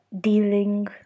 dealing